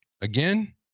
Again